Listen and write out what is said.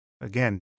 again